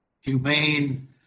humane